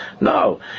No